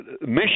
mission